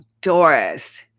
Doris